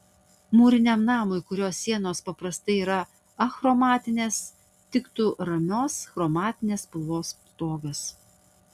mūriniam namui kurio sienos paprastai yra achromatinės tiktų ramios chromatinės spalvos stogas